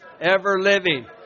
ever-living